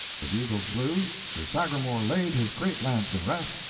the bugles blew, sir sagramor laid his great lance in rest,